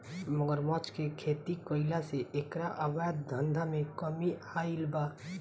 मगरमच्छ के खेती कईला से एकरा अवैध धंधा में कमी आईल बा